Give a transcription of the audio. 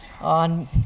on